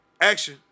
Action